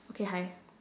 okay hi